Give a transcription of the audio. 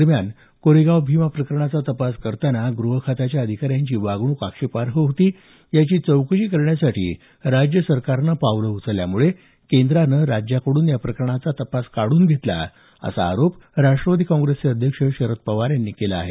दरम्यान कोरेगाव भीमा प्रकरणाचा तपास करताना गृहखात्याच्या अधिकाऱ्यांची वागणूक आक्षेपार्ह होती याची चौकशी करण्यासाठी राज्य सरकारनं पावलं उचलल्यानं केंद्रानं राज्याकडून या प्रकरणाचा तपास काढून घेतला असा आरोप राष्ट्रवादी काँग्रेसचे अध्यक्ष शरद पवार यांनी केला आहे